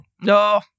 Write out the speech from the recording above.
No